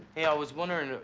hey, i was wonderin',